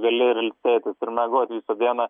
gali ir ilsėtis ir miegot visą dieną